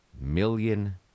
million